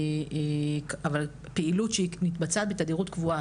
אבל פעילות שהיא מתבצעת בתדירות קבועה,